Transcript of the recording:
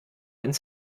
ins